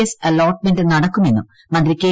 S allotment നടക്കുമെന്നും മന്ത്രി K